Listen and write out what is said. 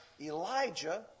Elijah